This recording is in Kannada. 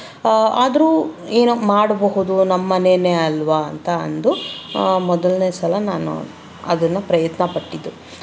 ಆದರೂ ಏನೋ ಮಾಡಬಹುದು ನಮ್ಮ ಮನೆಯೇ ಅಲ್ವಾ ಅಂತ ಅಂದು ಮೊದಲನೇ ಸಲ ನಾನು ಅದನ್ನು ಪ್ರಯತ್ನಪಟ್ಟಿದ್ದು